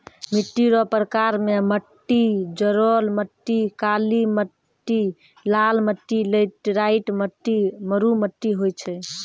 मिट्टी रो प्रकार मे मट्टी जड़ोल मट्टी, काली मट्टी, लाल मट्टी, लैटराईट मट्टी, मरु मट्टी होय छै